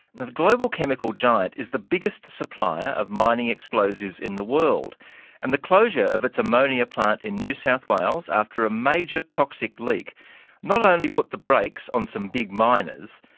the the global chemical giant is the biggest supplier of mining explosives in the world and the closure of its ammonia plant in new south wales after a major toxic leak not only put the brakes on some big miners,